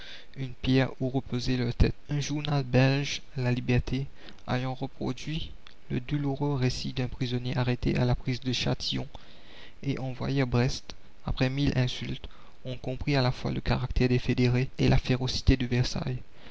une pierre où reposer leur tête un journal belge la liberté ayant reproduit le douloureux récit d'un prisonnier arrêté à la prise de châtillon et envoyé à la commune brest après mille insultes on comprit à la fois le caractère des fédérés et la férocité de versailles